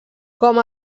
com